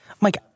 Mike